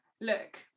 Look